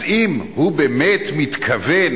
אז אם הוא באמת מתכוון,